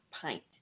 pint